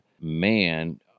man